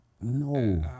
No